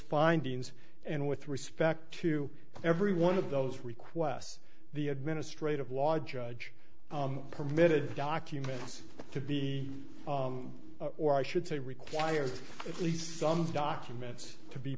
findings and with respect to every one of those requests the administrative law judge permitted the documents to be or i should say require at least some documents to be